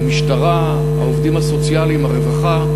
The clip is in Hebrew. המשטרה, העובדים הסוציאליים, הרווחה,